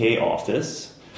office